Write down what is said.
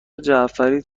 جعفری